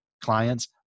clients